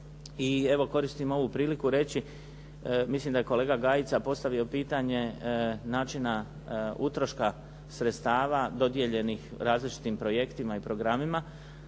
koristim ovu priliku reći, mislim da je kolega Gajica postavio pitanje načina utroška sredstava dodijeljenih različitim projektima i programima.